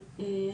כמו שאמר לירן,